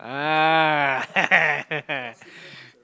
ah